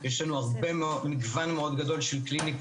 יש לנו מגוון מאוד גדול של קליניקות,